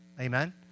Amen